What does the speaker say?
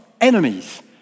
enemies